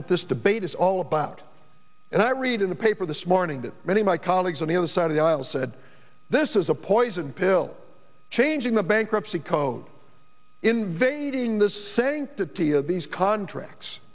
what this debate is all about and i read in the paper this morning that many of my colleagues on the other side of the aisle said this is a poison pill changing the bankruptcy code invading this saying that t of these contracts